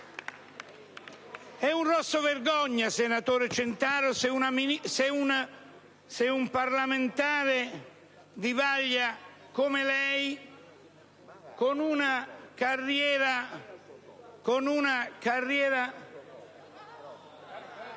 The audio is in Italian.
È un rosso-vergogna, senatore Centaro, se un parlamentare di vaglia come lei, con una carriera...